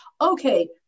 okay